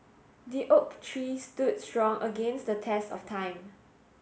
the oak tree stood strong against the test of time